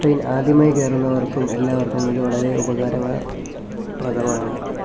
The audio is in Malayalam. ട്രെയ്ൻ ആദ്യമായി കേറുന്നവർക്കും എല്ലാവർക്കും ഇത് വളരെ ഉപകാരപ്രദമാണ്